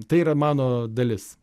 tai yra mano dalis